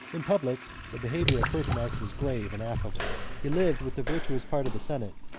in public, the behavior of pertinax was grave and affable. he lived with the virtuous part of the senate,